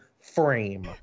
frame